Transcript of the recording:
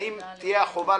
האם תהיה חובה,